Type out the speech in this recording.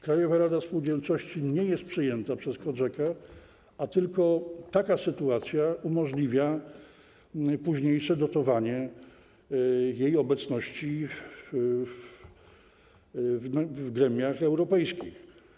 Krajowa rada spółdzielczości nie jest przyjęta przez COGECA, a tylko taka sytuacja umożliwia późniejsze dotowanie jej obecności w gremiach europejskich.